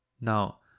Now